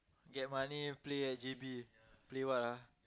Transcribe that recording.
get money play at J_B play what ah